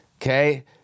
okay